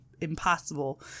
impossible